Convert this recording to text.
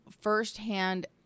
firsthand